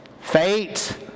fate